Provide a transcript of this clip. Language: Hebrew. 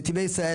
"נתיבי ישראל",